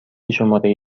شماره